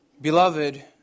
Beloved